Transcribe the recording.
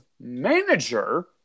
manager